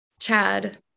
Chad